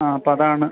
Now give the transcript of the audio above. ആ അപ്പതാണ്